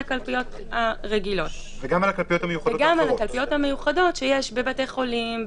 הקלפיות הרגילות והמיוחדות שיש בבתי חולים,